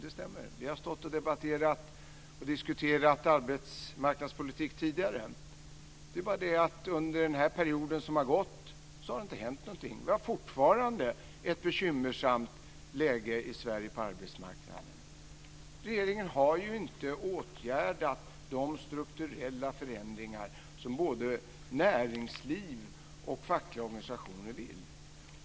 Det stämmer. Vi har debatterat och diskuterat arbetsmarknadspolitik tidigare. Men under den period som har gått så har det inte hänt någonting. Vi har fortfarande ett bekymmersamt läge på arbetsmarknaden i Sverige. Regeringen har ju inte åtgärdat de strukturella förändringar som både näringsliv och fackliga organisationer vill.